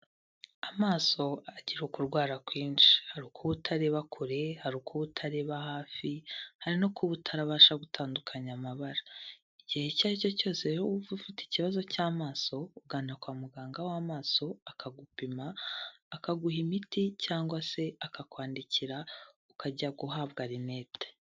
Amaso afite ukurwara kwinshi. Hari ukuba utareba kure, hari ukuba utareba hafi, hari no kuba utarabasha gutandukanya amabara. Igihe icyo ari cyo cyose wumva ufite ikibazo cy'amaso, ugana kwa muganga w'amaso akagupima, akaguha imiti cyangwa se akakwandikira, ukajya guhabwa rinete.